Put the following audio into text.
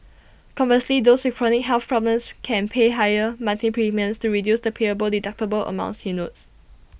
conversely those with chronic health problems can pay higher monthly premiums to reduce the payable deductible amounts he notes